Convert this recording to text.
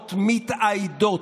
מחאות מתאיידות